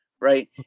right